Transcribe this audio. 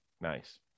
nice